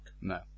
No